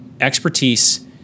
expertise